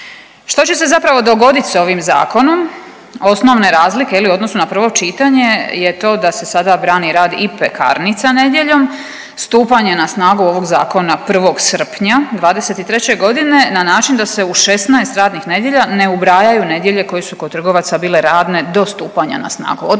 Što će se zapravo dogoditi s ovim zakonom, osnovane razlike je li u odnosu na prvo čitanje je to da se sada brani rad i pekarnica nedjeljom. Stupanje na snagu ovog zakona 1. srpnja 2023. godine na način da se u 16 radnih nedjelja ne ubrajaju nedjelje koje su kod trgovaca bile radne do stupanja na snagu